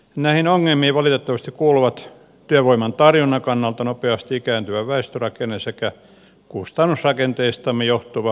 näihin ongelmiin valitettavasti kuuluvat työvoiman tarjonnan kannalta nopeasti ikääntyvä väestörakenne sekä kustannusrakenteestamme johtuva ulkomaankaupan huonohko tilanne